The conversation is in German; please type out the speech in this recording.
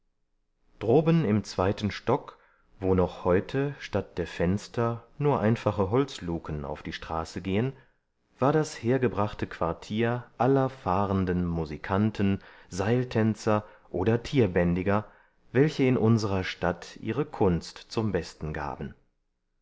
droben im zweiten stock wo noch heute statt der fenster nur einfache holzluken auf die straße gehen war das hergebrachte quartier aller fahrenden musikanten seiltänzer oder tierbändiger welche in unserer stadt ihre kunst zum besten gaben